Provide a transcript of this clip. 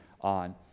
on